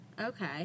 Okay